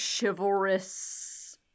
chivalrous